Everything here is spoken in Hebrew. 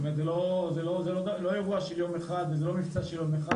זאת אומרת זה לא אירוע של יום אחד וזה לא מבצע של יום אחד,